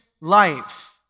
life